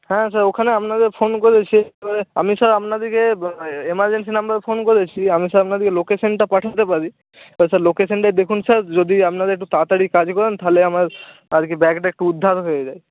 হ্যাঁ স্যার ওখানে আপনাদের ফোন করেছে এবারে আমি স্যার আপনাদেরকে এমার্জেন্সি নাম্বারে ফোন করেছি আমি স্যার আপনাদেরকে লোকেশানটা পাঠাতে পারি স্যার লোকেশানটা দেখুন স্যার যদি আপনারা একটু তাড়াতাড়ি কাজ করেন তাহলে আমার আর কি ব্যাগটা একটু উদ্ধার হয়ে যায়